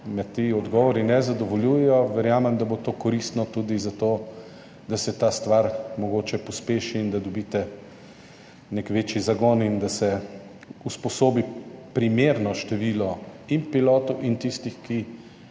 me ti odgovori ne zadovoljujejo, verjamem, da bo to koristno tudi zato, da se ta stvar mogoče pospeši in da dobite nek večji zagon, da se usposobi primerno število pilotov in tistih, ki